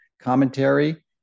commentary